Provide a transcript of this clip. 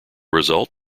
result